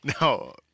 No